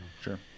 Sure